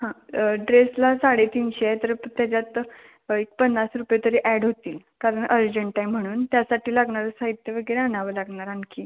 हं ड्रेसला साडेतीनशे आहे तर त्याच्यात पन्नास रुपये तरी अॅड होतील कारण अर्जंट आहे म्हणून त्यासाठी लागणारं साहित्य वगैरे आणावं लागणार आणखी